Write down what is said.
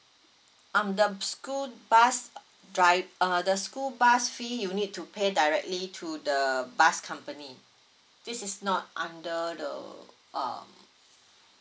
um the school bus dri~ uh the school bus fee you need to pay directly to the bus company this is not under the um